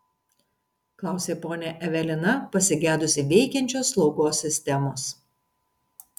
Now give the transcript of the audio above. klausė ponia evelina pasigedusi veikiančios slaugos sistemos